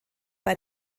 bei